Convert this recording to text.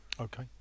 Okay